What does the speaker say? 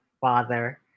father